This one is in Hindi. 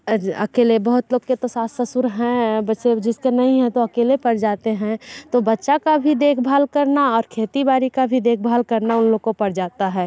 अकेले बहुत लोग के तो सास ससुर हैं बस अब जिसके नहीं हैं तो अकेले पड़ जाते हैं तो बच्चा का भी देखभाल करना और खेती बारी का भी देखभाल करना उन लोग को पड़ जाता है